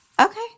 okay